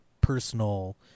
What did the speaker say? personal